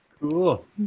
Cool